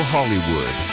Hollywood